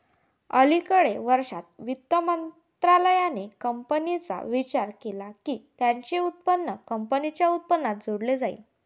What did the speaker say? अलिकडे वर्षांत, वित्त मंत्रालयाने कंपन्यांचा विचार केला की त्यांचे उत्पन्न कंपनीच्या उत्पन्नात जोडले जाईल